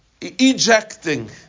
Ejecting